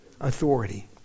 Authority